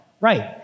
right